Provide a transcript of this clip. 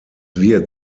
wird